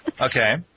Okay